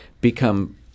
become